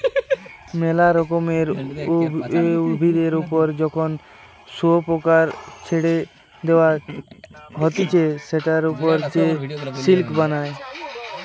মেলা রকমের উভিদের ওপর যখন শুয়োপোকাকে ছেড়ে দেওয়া হতিছে সেটার ওপর সে সিল্ক বানায়